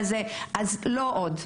אז לא עוד.